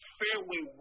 fairway